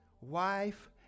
wife